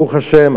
ברוך השם,